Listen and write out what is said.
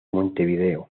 montevideo